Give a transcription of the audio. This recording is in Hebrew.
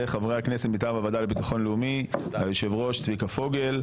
וחברי הכנסת מטעם הוועדה לביטחון לאומי היושב ראש צביקה פוגל.